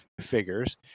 figures